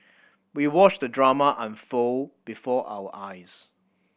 we watched the drama unfold before our eyes